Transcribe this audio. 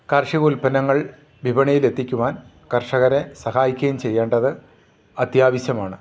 കർഷിക ഉത്പന്നങ്ങൾ വിപണയിലെത്തിക്കുവാൻ കർഷകരെ സഹായിക്കുകയും ചെയ്യേണ്ടത് അത്യാവശ്യമാണ്